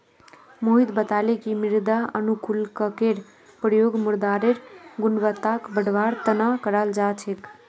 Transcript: मोहित बताले कि मृदा अनुकूलककेर प्रयोग मृदारेर गुणवत्ताक बढ़वार तना कराल जा छेक